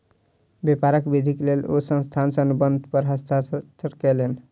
व्यापारक वृद्धिक लेल ओ संस्थान सॅ अनुबंध पर हस्ताक्षर कयलैन